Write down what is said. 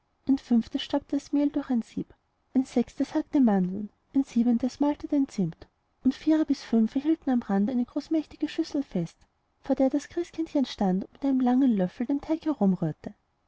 ein fünftes stäubte das mehl durch ein sieb ein sechstes hackte mandeln ein siebentes malte den zimt und viere bis fünfe hielten am rand eine großmächtige schüssel fest vor der das christkindchen stand und mit einem langen löffel den teig